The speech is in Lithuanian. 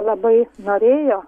labai norėjo